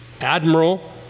admiral